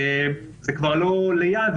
זה כבר לא ליד,